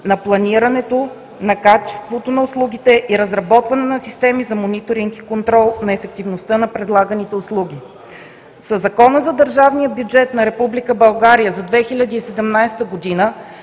на планирането, на качеството на услугите, разработване на системи за мониторинг и контрол на ефективността на предлаганите услуги. Със Закона за държавния бюджет на Република